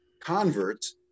converts